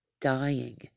dying